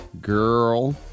Girl